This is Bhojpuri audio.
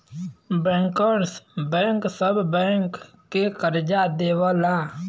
बैंकर्स बैंक सब बैंक के करजा देवला